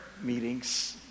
meetings